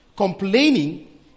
Complaining